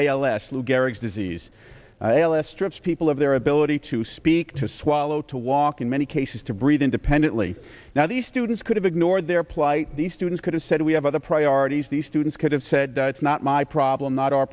ls lou gehrig's disease alice strips people of their ability to speak to swallow to walk in many cases to breathe independently now these students could have ignored their plight the student could have said we have other priorities the students could have said that's not my problem not our